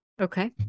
Okay